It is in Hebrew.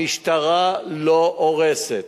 המשטרה לא הורסת.